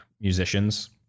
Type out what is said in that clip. musicians